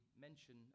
mention